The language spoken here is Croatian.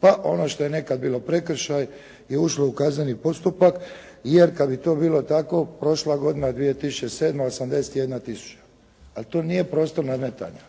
pa ono što je nekada bilo prekršaj je ušlo u kazneni postupak, jer kada bi to bilo tako prošla godina 2007. 81 tisuća. A to nije prostor nadmetanja.